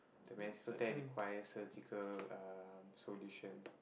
the meniscal tear requires surgical uh solution